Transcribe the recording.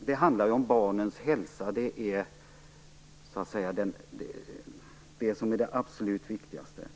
det handlar om barnens hälsa. Det är det absolut viktigaste.